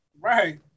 Right